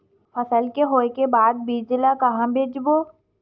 फसल के होय के बाद बीज ला कहां बेचबो?